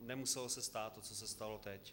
Nemuselo se stát to, co se stalo teď.